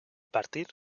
partir